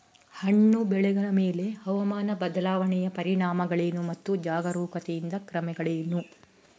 ಹಣ್ಣು ಬೆಳೆಗಳ ಮೇಲೆ ಹವಾಮಾನ ಬದಲಾವಣೆಯ ಪರಿಣಾಮಗಳೇನು ಮತ್ತು ಜಾಗರೂಕತೆಯಿಂದ ಕ್ರಮಗಳೇನು?